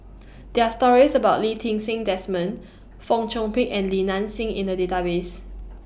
there're stories about Lee Ti Seng Desmond Fong Chong Pik and Li Nanxing in The Database